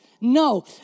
No